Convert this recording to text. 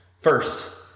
First